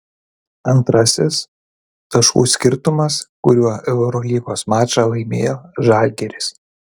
antrasis taškų skirtumas kuriuo eurolygos mačą laimėjo žalgiris